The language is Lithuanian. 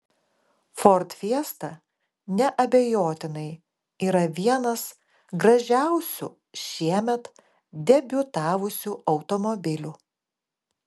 ford fiesta neabejotinai yra vienas gražiausių šiemet debiutavusių automobilių